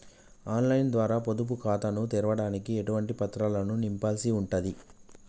On line ద్వారా పొదుపు ఖాతాను తెరవడానికి ఎటువంటి పత్రాలను నింపాల్సి ఉంటది?